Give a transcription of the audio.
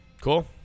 Cool